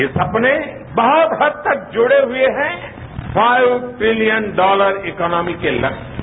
ये सपने बहुत हद तक जुड़े हुए हैं फाइव ट्रिलियन डॉलर इकॉनोमी के लक्ष्य से